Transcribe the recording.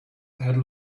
had